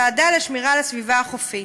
ועדה לשמירה על הסביבה החופית.